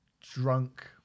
drunk